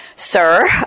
Sir